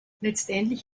letztendlich